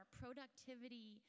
productivity